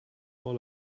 all